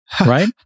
Right